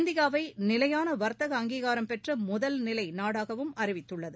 இந்தியாவைநிலையானவர்த்தக அங்கீகாரம் பெற்றமுதல்நிலைநாடாகவும் அறிவித்துள்ளது